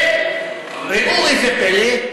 וראו זה פלא,